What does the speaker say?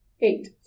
Eight